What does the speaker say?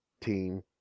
team